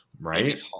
Right